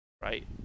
right